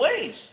ways